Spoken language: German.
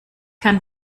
kann